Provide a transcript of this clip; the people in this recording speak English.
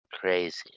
crazy